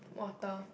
water